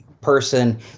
person